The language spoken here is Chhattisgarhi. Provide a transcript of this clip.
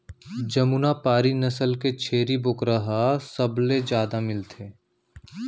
जमुना पारी नसल के छेरी बोकरा ह सबले जादा मिलथे